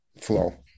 flow